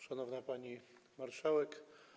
Szanowna Pani Marszałek!